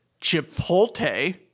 chipotle